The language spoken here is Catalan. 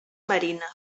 marina